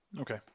Okay